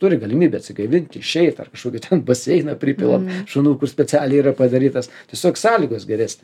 turi galimybę atsigaivint išeit ar kažkokį ten baseiną pripilat šunų kur speciliai yra padarytas tiesiog sąlygos geresnės